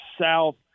south